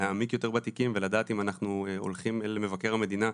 ולהעמיק יותר בתיקים ולדעת אם אנחנו הולכים אל מבקר המדינה,